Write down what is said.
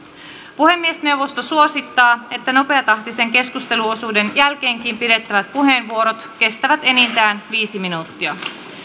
puhemiesneuvosto suosittaa että nopeatahtisen keskusteluosuuden jälkeenkin pidettävät puheenvuorot kestävät enintään viisi minuuttia